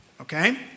okay